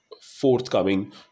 forthcoming